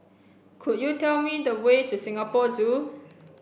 could you tell me the way to Singapore Zoo